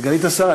סגנית השר,